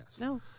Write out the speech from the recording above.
No